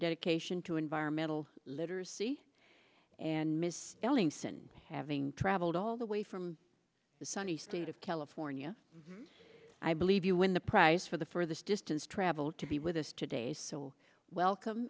dedication to environmental literacy and ms ellingson having traveled all the way from the sunny state of california i believe you win the prize for the for this distance traveled to be with us today so welcome